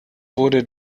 wurde